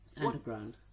Underground